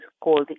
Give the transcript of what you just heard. called